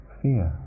fear